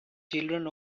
children